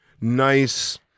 nice